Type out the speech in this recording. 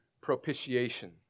propitiation